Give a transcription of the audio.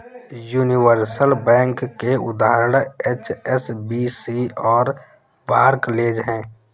universal bank के उदाहरण HSBC और बार्कलेज हैं